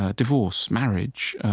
ah divorce, marriage,